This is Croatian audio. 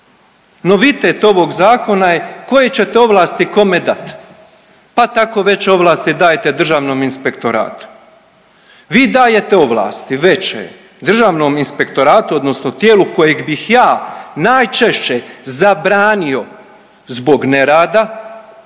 Novitet ovog zakona je koje ćete ovlasti kome dat, pa tako veće ovlasti dajete Državnom inspektoratu. Vi dajete ovlasti veće Državnom inspektoratu odnosno tijelu kojeg bih ja najčešće zabranio zbog nerada,